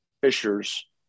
Fishers